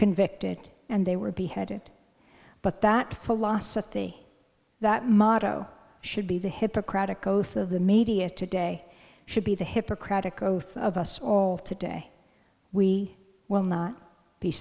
convicted and they were beheaded but that the philosophy that motto should be the hippocratic oath of the media today should be the hippocratic oath of us all today we will not be